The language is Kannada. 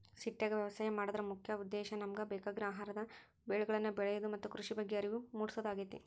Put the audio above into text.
ಸಿಟ್ಯಾಗ ವ್ಯವಸಾಯ ಮಾಡೋದರ ಮುಖ್ಯ ಉದ್ದೇಶ ನಮಗ ಬೇಕಾಗಿರುವ ಆಹಾರದ ಬೆಳಿಗಳನ್ನ ಬೆಳಿಯೋದು ಮತ್ತ ಕೃಷಿ ಬಗ್ಗೆ ಅರಿವು ಮೂಡ್ಸೋದಾಗೇತಿ